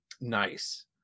nice